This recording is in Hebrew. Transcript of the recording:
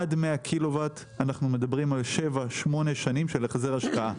עד 100 קילו-וואט אנחנו מדברים על שבע-שמונה שנים של החזר השקעה.